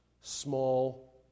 small